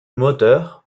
moteur